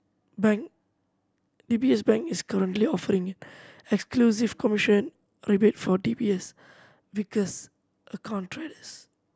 bank D B S Bank is currently offering exclusive commission rebate for D B S Vickers account traders